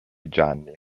gianni